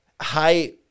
high